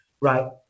Right